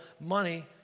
money